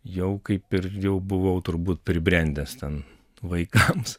jau kaip ir jau buvau turbūt pribrendęs ten vaikams